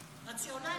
רציונלי.